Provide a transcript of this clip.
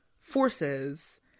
forces